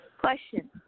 Question